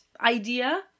idea